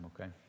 okay